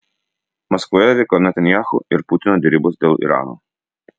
maskvoje vyko netanyahu ir putino derybos dėl irano